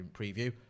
preview